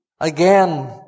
again